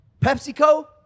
PepsiCo